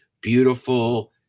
beautiful